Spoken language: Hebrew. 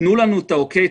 תנו לנו את האוקיי,